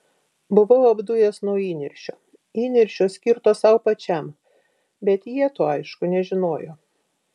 buvau apdujęs nuo įniršio įniršio skirto sau pačiam bet jie to aišku nežinojo